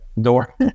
door